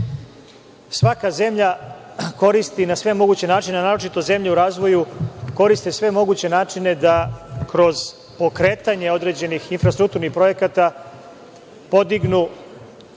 zemlja koristi na sve moguće načine, a naročito zemlje u razvoju koriste sve moguće načine da kroz pokretanje određenih infrastrukturnih projekata podignu